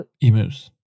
Emus